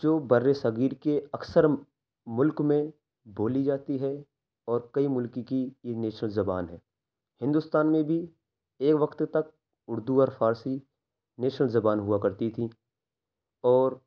جو بر صغیر کے اکثر ملک میں بولی جاتی ہے اور کئی ملک کی نینشنل زبان ہے ہندوستان میں بھی ایک وقت تک اردو اور فارسی نیشنل زبان ہوا کرتی تھی اور